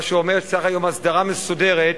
מה שאומר שצריך היום הסדרה מסודרת,